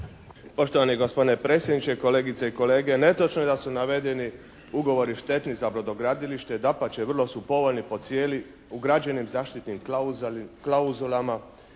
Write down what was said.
Poštovani gospodine predsjedniče, kolegice i kolege. Netočno je da su navedeni ugovori štetni za brodogradilište, dapače vrlo su povoljni po cijeni, ugrađenim zaštitnim klauzulama,